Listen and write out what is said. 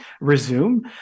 resume